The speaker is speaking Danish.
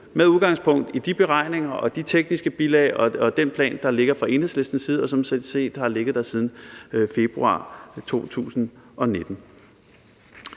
med udgangspunkt i de beregninger og de tekniske bilag og den plan, der ligger fra Enhedslistens side, og som sådan set har ligget der siden februar 2019.